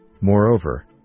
Moreover